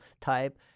type